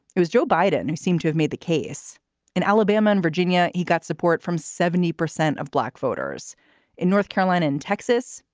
it was joe biden who seemed to have made the case in alabama and virginia. he got support from seventy percent of black voters in north carolina and texas.